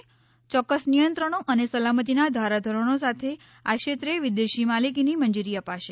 યોક્ક્સ નિયંત્રણો અને સલામતીના ધારાધોરણો સાથે આ ક્ષેત્રે વિદેશી માલિકીને મંજૂરી અપાશે